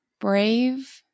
Brave